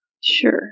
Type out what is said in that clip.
Sure